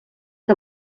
que